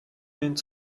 nimmt